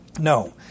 no